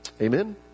Amen